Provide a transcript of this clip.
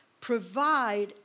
provide